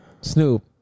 Snoop